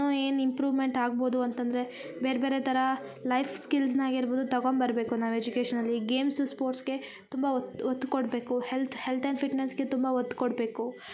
ಇನ್ನು ಏನು ಇಂಪ್ರುಮೆಂಟ್ ಆಗ್ಬೋದು ಅಂತಂದರೆ ಬೇರೆ ಬೇರೆ ಥರ ಲೈಫ್ ಸ್ಕಿಲ್ಸ್ ಆಗಿರ್ಬೋದು ತಗೊಂಬರಬೇಕು ನಾವು ಎಜುಕೇಶನ್ ಅಲ್ಲಿ ಗೇಮ್ಸು ಸ್ಪೋರ್ಟ್ಸ್ಗೆ ತುಂಬ ಹೊತ್ತ್ ಕೊಡಬೇಕು ಹೆಲ್ತ್ ಹೆಲ್ತ್ ಆ್ಯಂಡ್ ಫಿಟ್ನೆಸ್ಗೆ ಹೊತ್ತು ಕೊಡಬೇಕು